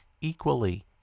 equally